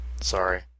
sorry